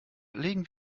legen